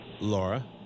Laura